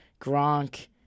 Gronk